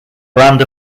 brand